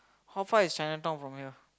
how far is Chinatown from here